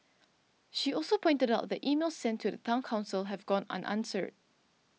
she also pointed out that emails sent to the Town Council have gone unanswered